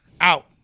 Out